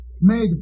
made